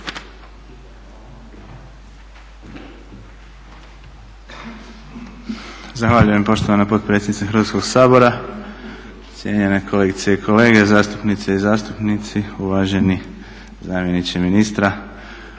Zahvaljujem poštovana potpredsjednice Hrvatskog sabora. Kolegice i kolege zastupnice i zastupnici, uvaženi zamjeniče ministra